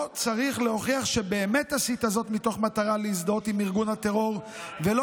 לא צריך להוכיח שבאמת עשית זאת במטרה להזדהות עם ארגון הטרור ולא